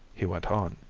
he went on